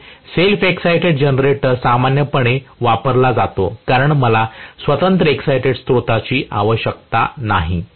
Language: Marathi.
परंतु सेल्फ एक्साईटेड जनरेटर सामान्यपणे वापरला जातो कारण मला स्वतंत्र एक्साईटेड स्त्रोताची आवश्यकता नाही